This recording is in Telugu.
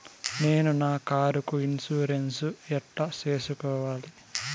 నేను నా కారుకు ఇన్సూరెన్సు ఎట్లా సేసుకోవాలి